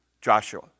Joshua